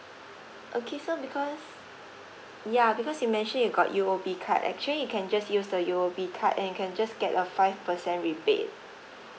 okay so because ya because you mentioned you got U_O_B card actually you can just use the U_O_B card and you can just get a five percent rebate